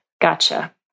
gotcha